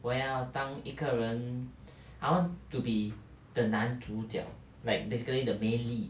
我要当一个人 I want to be the 男主角 like basically main lead